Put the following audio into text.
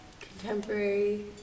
contemporary